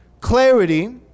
clarity